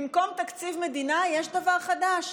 במקום תקציב מדינה יש דבר חדש: